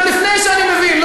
עוד לפני שאני מבין,